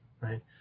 right